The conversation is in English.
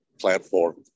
platform